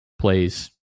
plays